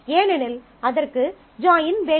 ஏனெனில் அதற்கு ஜாயின் வேண்டும்